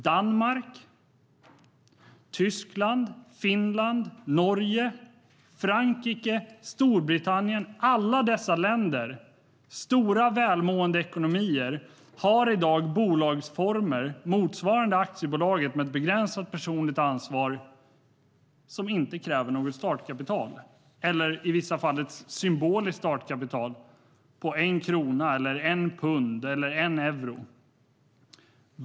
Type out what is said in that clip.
Danmark, Tyskland, Finland, Norge, Frankrike och Storbritannien, stora välmående ekonomier, har i dag bolagsformer motsvarande aktiebolag, med ett begränsat personligt ansvar, där det inte krävs något startkapital. I vissa fall är det ett symboliskt startkapital på 1 krona, 1 pund eller 1 euro.